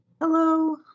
Hello